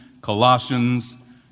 Colossians